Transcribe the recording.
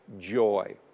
joy